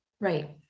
Right